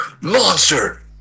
Monster